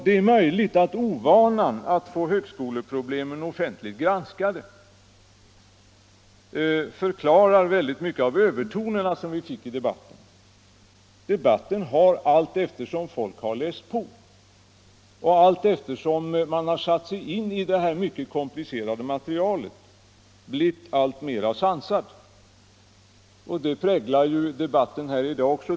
Det är möjligt att ovanan att få högskoleproblemen offentligt granskade förklarar mycket av de övertoner som uppstod i debatten. Men debatten har, allteftersom folk läst på och satt sig in i detta mycket komplicerade material, blivit alltmer sansad. Det präglar också debatten här i dag.